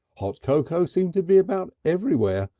hot cocoa seemed to be about everywhere,